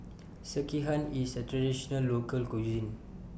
Sekihan IS A Traditional Local Cuisine